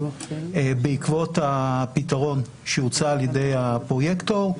בעקבות הפתרון שהוצע על ידי הפרויקטור,